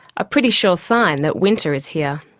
a pretty sure sign that winter is here.